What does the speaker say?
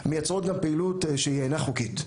מייצרות גם פעילות שהיא אינה חוקית,